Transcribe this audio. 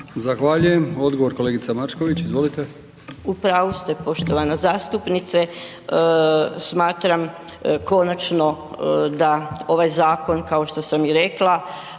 Zahvaljujem. Odgovor kolegica Mačković, izvolite. **Mačković, Marija (HDZ)** U pravu ste poštovana zastupnice, smatram konačno da ovaj zakon kao što sam i rekla,